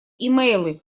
имейлы